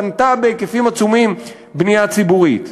בנתה בהיקפים עצומים בנייה ציבורית?